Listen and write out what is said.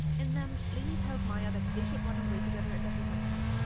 in them, lainey tells maya that they should run away together and that they miss her.